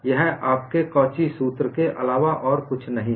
यह आपके कॉची सूत्र Cauchys formula के अलावा और कुछ नहीं है